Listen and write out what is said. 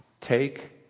Take